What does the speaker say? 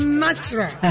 natural